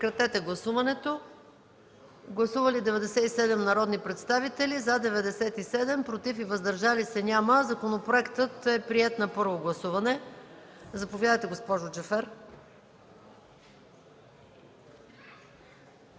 Моля, гласувайте. Гласували 97 народни представители: за 97, против и въздържали се няма. Законопроектът е приет на първо гласуване. Заповядайте, госпожо Джафер.